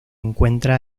encuentra